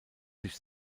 sich